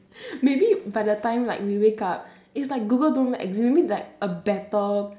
maybe by the time like we wake up it's like google don't exist maybe like a better